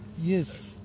yes